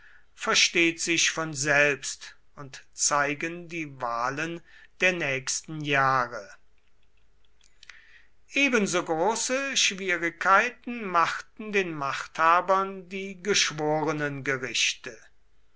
versteht sich von selbst und zeigen die wahlen der nächsten jahre ebensogroße schwierigkeiten machten den machthabern die